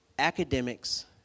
Academics